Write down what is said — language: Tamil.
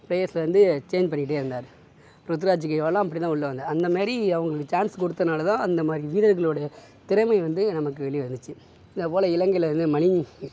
பிளேயர்ஸில் வந்து சேஞ்ச் பண்ணிக்கிட்டே இருந்தார் ருத்ராஜ்கேவெல்லாம் அப்படிதான் உள்ளே வந்தார் அந்தமாதிரி அவங்களுக்கு சான்ஸ் கொடுத்ததனால தான் அந்தமாதிரி வீரர்களுடைய திறமையை வந்து நமக்கு வெளியே வந்துச்சு இதுபோல இலங்கையில் வந்து மணி